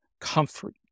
comfort